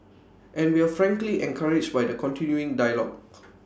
and we're frankly encouraged by the continuing dialogue